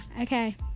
Okay